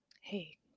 Hey